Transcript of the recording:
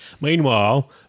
Meanwhile